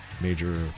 major